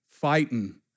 fighting